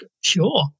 Sure